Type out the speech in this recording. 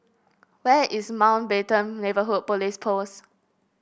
where is Mountbatten Neighbourhood Police Post